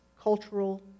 cultural